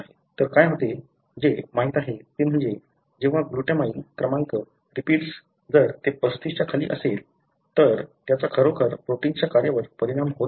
तर काय होते जे माहित आहे ते म्हणजे जेव्हा ग्लूटामाइन क्रमांक रिपीट्स जर ते 35 च्या खाली असेल तर त्याचा खरोखर प्रोटिन्सच्या कार्यावर परिणाम होत नाही